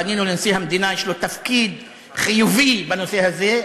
פנינו לנשיא המדינה, יש לו תפקיד חיובי בנושא הזה.